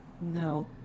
No